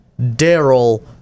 Daryl